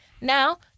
Now